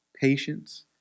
patience